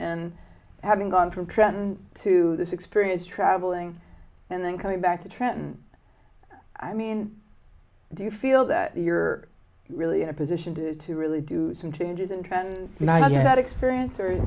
and having gone from trenton to this experience traveling and then coming back to trenton i mean do you feel that you're really in a position to really do some changes in niger that experience or